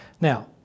Now